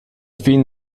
fin